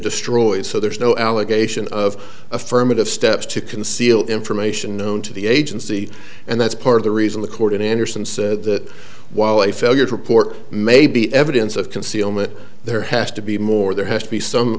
destroyed so there's no allegation of affirmative steps to conceal information known to the agency and that's part of the reason the court in andersen said that while a failure to report may be evidence of concealment there has to be more there has to be some